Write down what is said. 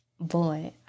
Boy